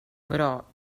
però